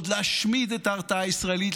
להשמיד את ההרתעה הישראלית,